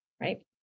right